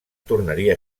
tornaria